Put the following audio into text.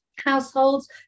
households